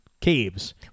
Caves